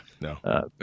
no